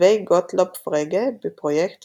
כתבי גוטלוב פרגה בפרויקט